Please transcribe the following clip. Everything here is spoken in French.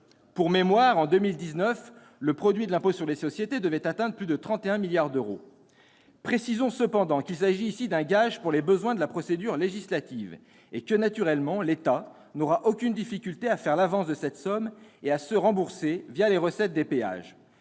Pour mémoire, en 2019, le produit de cet impôt devrait dépasser 31 milliards d'euros. Précisons tout de même qu'il s'agit d'un gage pour les besoins de la procédure législative et que, naturellement, l'État n'aura aucune difficulté à faire l'avance de cette somme et à se rembourser les recettes des péages.